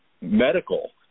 medical